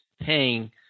paying